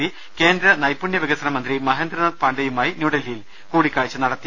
P കേന്ദ്ര നൈപുണ്യ വികസന മന്ത്രി മഹേന്ദ്രനാഥ് പാണ്ഡെയുമായി ന്യൂഡൽഹിയിൽ കൂടിക്കാഴ്ച നടത്തി